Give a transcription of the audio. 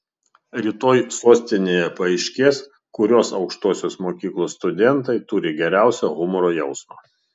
rytoj sostinėje paaiškės kurios aukštosios mokyklos studentai turi geriausią humoro jausmą